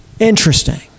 Interesting